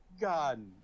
gun